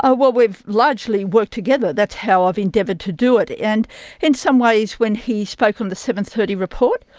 ah well, we've largely worked together, that's how i've endeavoured to do it. and in some ways when he spoke on the seven thirty report,